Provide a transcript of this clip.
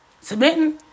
submitting